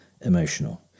emotional